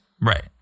Right